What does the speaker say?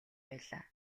байлаа